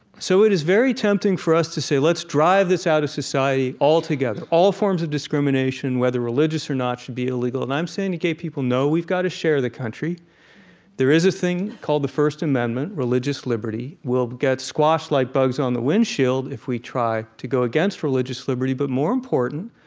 so it is very tempting for us to say, let's drive this out of society altogether. all forms of discrimination, whether religious or not, should be illegal. and i'm saying to gay people, no, we've got to share the country there is a thing called the first amendment, religious liberty. we'll get squashed like bugs on the windshield if we try to go against religious liberty. but more important,